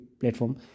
platform